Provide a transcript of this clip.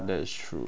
that's true